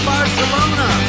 Barcelona